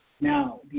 Now